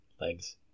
legs